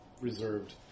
reserved